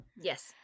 yes